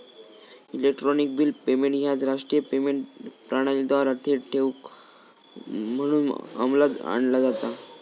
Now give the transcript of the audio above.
electronic bill payment ह्या राष्ट्रीय payment प्रणालीद्वारा थेट ठेव म्हणून अंमलात आणला जाता